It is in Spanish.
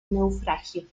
naufragio